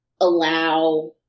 allow